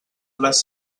les